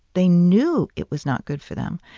they knew it was not good for them,